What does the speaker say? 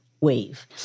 wave